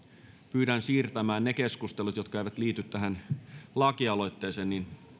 pyydän siirtämään ne keskustelut jotka eivät liity tähän lakialoitteeseen